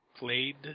Played